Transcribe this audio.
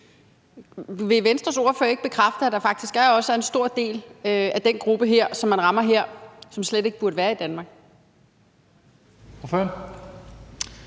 Vil Venstres ordfører ikke bekræfte, at der faktisk også er en stor del af den gruppe, som man rammer her, som slet ikke burde være i Danmark?